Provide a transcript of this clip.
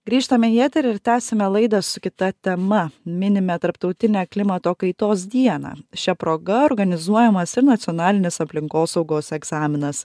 grįžtame į eterį ir tęsiame laidą su kita tema minime tarptautinę klimato kaitos dieną šia proga organizuojamas ir nacionalinės aplinkosaugos egzaminas